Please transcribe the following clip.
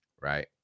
right